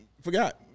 forgot